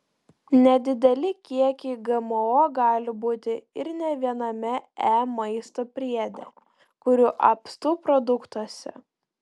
nedideli kiekiai gmo gali būti ir ne viename e maisto priede kurių apstu produktuose